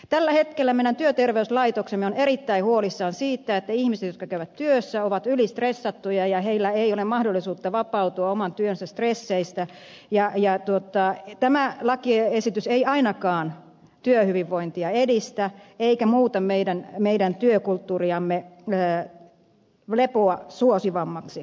tällä hetkellä meidän työterveyslaitoksemme on erittäin huolissaan siitä että ihmiset jotka käyvät työssä ovat ylistressattuja ja heillä ei ole mahdollisuutta vapautua oman työnsä stresseistä ja tämä lakiesitys ei ainakaan työhyvinvointia edistä eikä muuta meidän työkulttuuriamme lepoa suosivammaksi